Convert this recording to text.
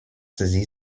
sie